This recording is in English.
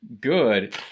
good